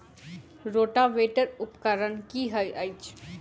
Rotavator उपकरण की हएत अछि?